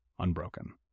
Unbroken